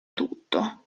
tutto